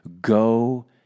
Go